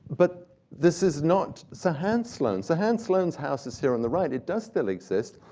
but this is not sir hans sloane. sir hans sloane's house is here on the right. it does still exist.